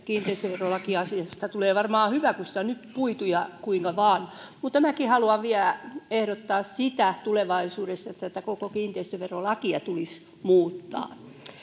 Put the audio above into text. kiinteistöverolakiasiasta tulee varmaan hyvä kun sitä on nyt puitu ja kuinka vain mutta minäkin haluan vielä ehdottaa sitä että tulevaisuudessa tätä koko kiinteistöverolakia tulisi muuttaa